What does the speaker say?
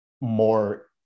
more